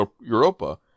Europa